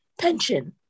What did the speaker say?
pension